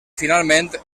finalment